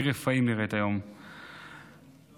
נראית היום עיר רפאים,